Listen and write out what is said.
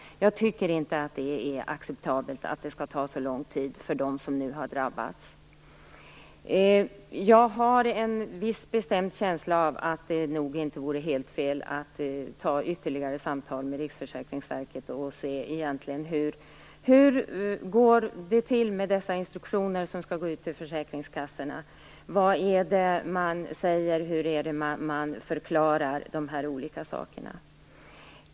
Jag tycker inte att det är acceptabelt att det skall ta så lång tid med tanke på dem som nu har drabbats. Jag har en viss bestämd känsla av att det nog inte vore helt fel att ta ytterligare samtal med Riksförsäkringsverket och se hur det går till med de instruktioner som skall ut till försäkringskassorna, vad man säger och hur man förklarar de olika sakerna.